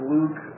Luke